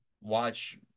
watch